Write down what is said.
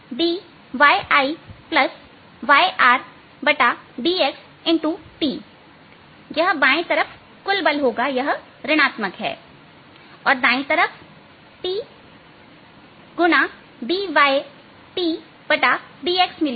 अब dyIyRdxT यह बाएं तरफ कुल बल होगा यह ऋण आत्मक है और दाई तरफ T dyTdxमिलेगा